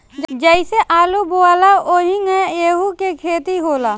जइसे आलू बोआला ओहिंगा एहू के खेती होला